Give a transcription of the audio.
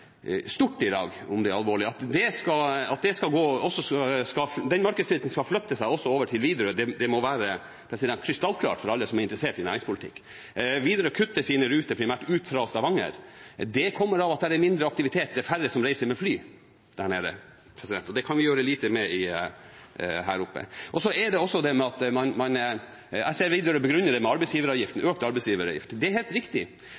At den markedssvikten flyttes over til Widerøe, må være krystallklart for alle som er interessert i næringspolitikk. Widerøe kutter sine ruter primært fra Stavanger. Det kommer av at det er mindre aktivitet. Det er færre som reiser med fly der nede. Det kan vi gjøre lite med her oppe. Jeg ser Widerøe begrunner det med økt arbeidsgiveravgift. Det er helt riktig. Det har de fått. Det fikk de etter at EU endret regionalstøtteregelverket sitt og tok transport ut av den delen. Det har ført til økt arbeidsgiveravgift